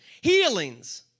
Healings